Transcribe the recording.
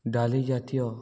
ଡାଲି ଜାତୀୟ